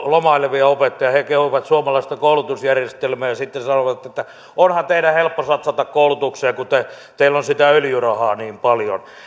lomailevia opettajia he kehuivat suomalaista koulutusjärjestelmää ja sitten sanoivat että onhan teidän helppo satsata koulutukseen kun teillä on sitä öljyrahaa niin paljon